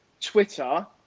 Twitter